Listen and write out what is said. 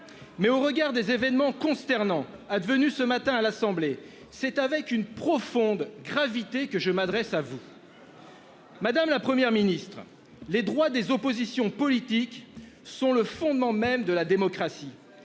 Mais au regard des événements consternants ah devenue ce matin à l'Assemblée. C'est avec une profonde gravité que je m'adresse à vous. Madame, la Première ministre. Les droits des oppositions politiques sont le fondement même de la démocratie.